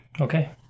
okay